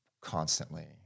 constantly